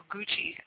Gucci